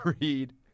read